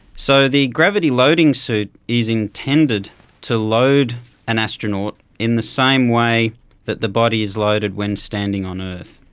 so the gravity loading suit is intended to load an astronaut in the same way that the body is loaded when standing on earth.